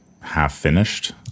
half-finished